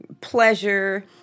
pleasure